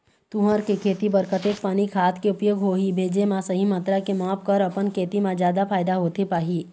तुंहर के खेती बर कतेक पानी खाद के उपयोग होही भेजे मा सही मात्रा के माप कर अपन खेती मा जादा फायदा होथे पाही?